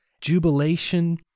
jubilation